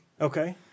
okay